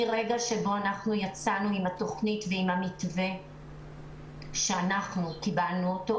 מרגע שבו יצאנו עם התוכנית ועם המתווה שקיבלנו אותו,